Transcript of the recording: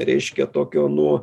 reiškia tokio nuo